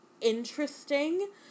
interesting